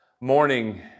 morning